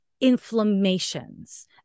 inflammations